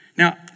Now